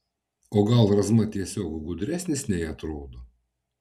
o gal razma tiesiog gudresnis nei atrodo